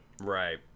right